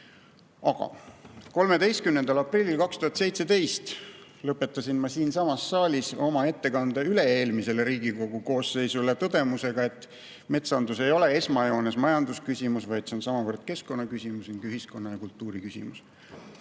13. aprillil 2017 lõpetasin ma siinsamas saalis oma ettekande üle-eelmisele Riigikogu koosseisule tõdemusega, et metsandus ei ole esmajoones majandusküsimus, vaid see on samavõrd keskkonnaküsimus ning ühiskonna‑ ja kultuuriküsimus.